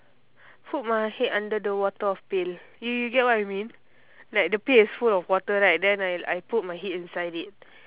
put my head under the water of pail you you get what I mean like the pail is full of water right then I put my head inside it